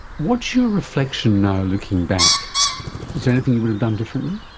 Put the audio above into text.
what's your reflection now looking back, is there anything you would have done differently?